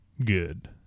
good